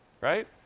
right